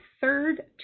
third